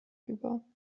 über